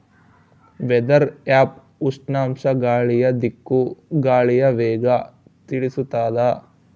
weather app ಉಷ್ಣಾಂಶ ಗಾಳಿಯ ದಿಕ್ಕು ಗಾಳಿಯ ವೇಗ ತಿಳಿಸುತಾದ